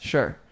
Sure